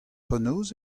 penaos